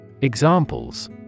Examples